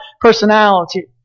personality